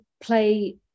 play